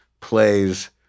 plays